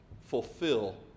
fulfill